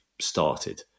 started